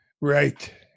Right